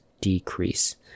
decrease